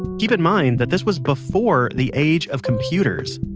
keep in mind that this was before the age of computers.